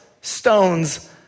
stones